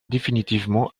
définitivement